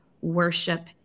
Worship